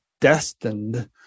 destined